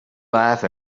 laugh